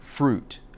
Fruit